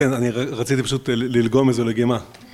‫כן, אני רציתי פשוט ‫ללגום איזו לגימה.